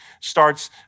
starts